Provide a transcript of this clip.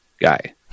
guy